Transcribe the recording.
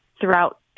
throughout